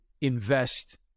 invest